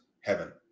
Heaven